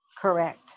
Correct